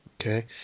Okay